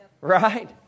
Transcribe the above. Right